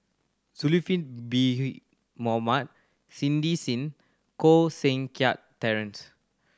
Zulkifli Bin Mohamed Cindy Sim Koh Seng Kiat Terence